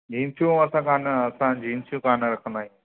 जींसियूं अथ कोन्ह असां जीसियूं कोन्ह रखंदा आहियूं